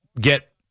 get